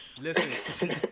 Listen